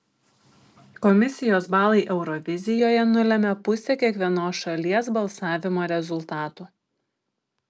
komisijos balai eurovizijoje nulemia pusę kiekvienos šalies balsavimo rezultatų